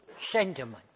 sentiment